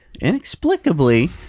inexplicably